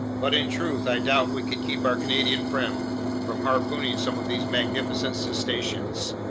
but in truth i doubt we could keep our canadian friend from harpooning some of these magnificent cetaceans.